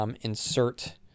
insert